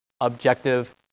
objective